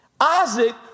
Isaac